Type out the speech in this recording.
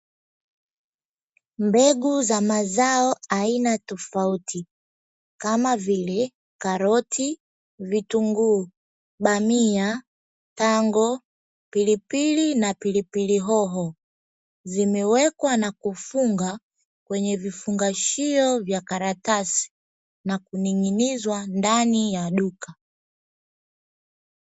Mbegu za mazao aina tofauti, kama vile karoti, vitunguu, bamia, tango pilipili na pilipili hoho zimewekwa na kufunga kwenye vifungashio vya karatasi na kuning'inizwa ndani ya duka.